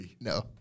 No